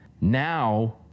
now